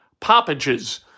Poppages